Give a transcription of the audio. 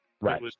Right